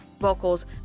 vocals